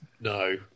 no